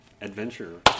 adventure